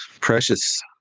precious